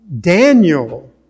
Daniel